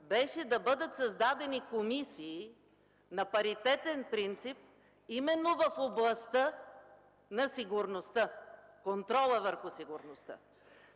беше да бъдат създадени комисии на паритетен принцип именно в областта на сигурността, контрола върху сигурността.